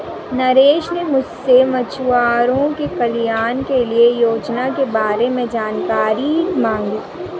नरेश ने मुझसे मछुआरों के कल्याण के लिए योजना के बारे में जानकारी मांगी